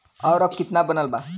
और अब कितना बनल बा?